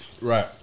Right